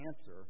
answer